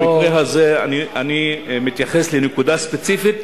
במקרה הזה אני מתייחס לנקודה ספציפית.